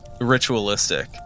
ritualistic